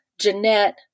Jeanette